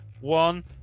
One